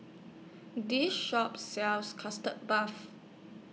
This Shop sells Custard Puff